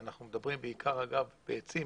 ואנחנו מדברים בעיקר בעצים